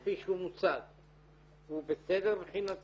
החוק, כפי שהוא מוצג, הוא בסדר מבחינתך?